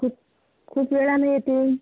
खूप खूप वेळानं येते